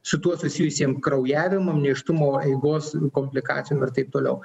su tuo susijusiem kraujavimam nėštumo eigos komplikacijom ir taip toliau